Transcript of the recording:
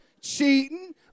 cheating